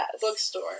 bookstore